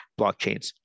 blockchains